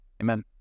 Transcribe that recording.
Amen